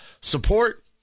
support